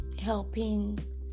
helping